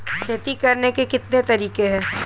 खेती करने के कितने तरीके हैं?